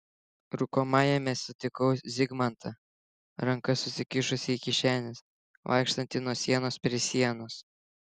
rūkomajame sutikau zigmantą rankas susikišusį į kišenes vaikštantį nuo sienos prie sienos